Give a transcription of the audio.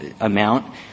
amount